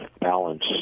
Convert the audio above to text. balance